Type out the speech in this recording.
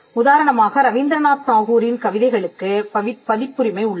உதாரணமாக ரவீந்திரநாத் தாகூரின் கவிதைகளுக்குப் பதிப்புரிமை உள்ளது